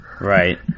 Right